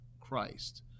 Christ